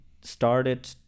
started